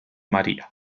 maria